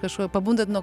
kažkur pabundat nuo